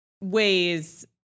ways